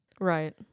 Right